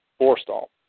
Forstall